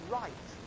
right